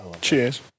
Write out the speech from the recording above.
Cheers